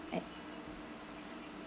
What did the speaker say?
and